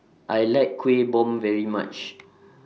I like Kuih Bom very much